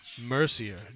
Mercier